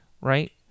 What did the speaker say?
Right